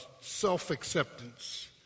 self-acceptance